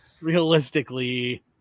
realistically